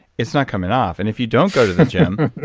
it's not coming off. and if you don't go to the gym,